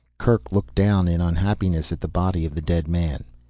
kerk looked down in unhappiness at the body of the dead man.